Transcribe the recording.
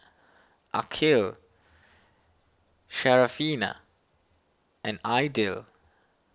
Aqil Syarafina and Aidil